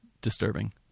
disturbing